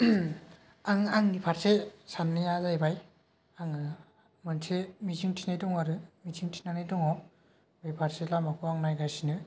आं आंनि फारसे साननाया जाहैबाय आङो मोनसे मिजिं थिनाय दङ आरो मिजिं थिनानै दङ बे फारसे लामाखौ आङो नायगासिनो